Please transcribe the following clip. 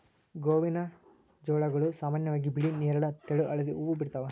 ಗೋವಿನಜೋಳಗಳು ಸಾಮಾನ್ಯವಾಗಿ ಬಿಳಿ ನೇರಳ ತೆಳು ಹಳದಿ ಹೂವು ಬಿಡ್ತವ